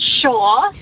sure